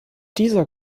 dieser